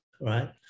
right